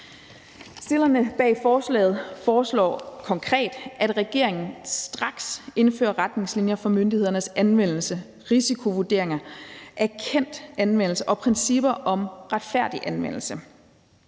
Stillerne bag forslaget foreslår konkret, at regeringen straks indfører retningslinjer for myndighedernes anvendelse, risikovurderinger af kendt anvendelse og principper om retfærdig anvendelse.